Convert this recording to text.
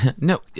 No